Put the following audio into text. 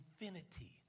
infinity